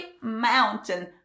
mountain